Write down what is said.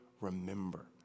remember